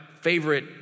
favorite